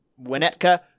Winnetka